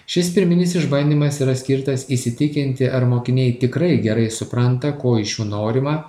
šis pirminis išbandymas yra skirtas įsitikinti ar mokiniai tikrai gerai supranta ko iš jų norima